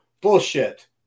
Bullshit